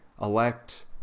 elect